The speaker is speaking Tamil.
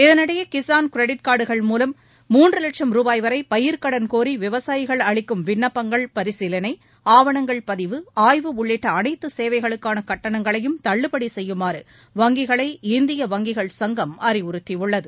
இதனிடையே கிஸான் க்ரெடிட் கார்டுகள் மூவம் மூன்று வட்சம் ரூபாய்வரை பயிர்க் கடன் கோரி விவசாயிகள் அளிக்கும் விண்ணப்பங்கள் பரிசீலனை ஆவணங்கள் பதிவு ஆய்வு உள்ளிட்ட அனைத்து சேவைகளுக்கான கட்டணங்களையும் தள்ளுபடி செய்யுமாறு வங்கிகளை இந்திய வங்கிகள் சங்கம் அறிவுறுத்தியுள்ளது